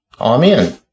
Amen